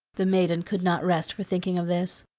the maiden could not rest for thinking of this.